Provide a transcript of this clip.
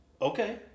Okay